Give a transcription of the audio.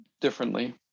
differently